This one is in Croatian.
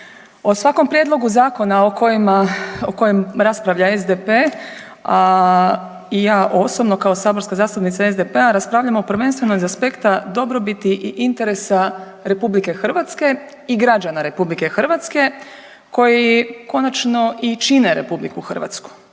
O svakom prijedlogu zakona o kojem raspravlja SDP i ja osobno kao saborska zastupnica SDP-a, raspravljamo prvenstveno iz aspekta dobrobiti i interesa RH i građana RH koji konačno i čine RH. Zbog toga ću